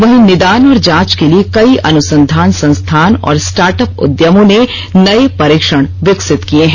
वहीं निदान और जांच के लिए कई अनुसंधान संस्थान और स्टार्टअप उद्यमों ने नये परीक्षण विकसित किये हैं